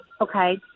Okay